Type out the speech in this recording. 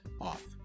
off